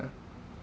yeah